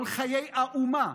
כל חיי האומה,